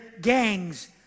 gangs